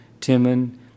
Timon